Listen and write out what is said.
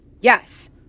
Yes